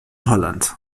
holland